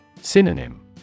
Synonym